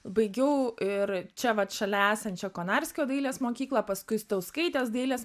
baigiau ir čia vat šalia esančią konarskio dailės mokyklą paskui stauskaitės dailės